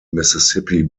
mississippi